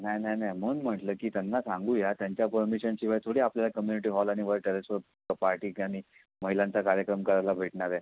नाही नाही नाही म्हणून म्हटलं की त्यांना सांगूया त्यांच्या पर्मिशनशिवाय थोडी आपल्याला कम्युनिटी हॉल आणि वर टेरेसवर प पार्टीची आणि महिलांचा कार्यक्रम करायला भेटणार आहे